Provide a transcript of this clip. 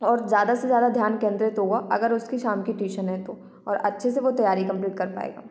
और ज़्यादा से ज़्यादा ध्यान केंद्रित होगा अगर उसकी शाम की ट्यूशन है तो और अच्छे से वो तैयारी कम्पलीट कर पाएगा